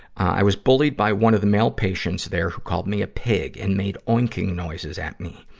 i was bullied by one of the male patients there, who called me a pig and made oinking noises at me.